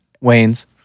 Wayne's